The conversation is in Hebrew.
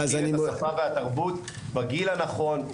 להכיר את השפה והתרבות בגיל הנכון,